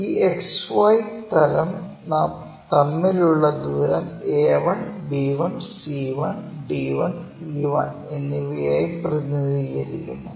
ഈ XY തലം തമ്മിലുള്ള ദൂരം a1 b1 c1 d1 e1 എന്നിവയായി പ്രതിനിധീകരിക്കുന്നു